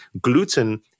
Gluten